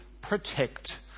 protect